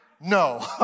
no